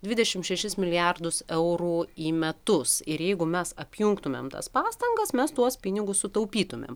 dvidešim šešis milijardus eurų į metus ir jeigu mes apjungtumėm tas pastangas mes tuos pinigus sutaupytumėm